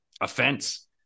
offense